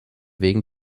wegen